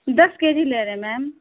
دس K G لے رہے ہیں میم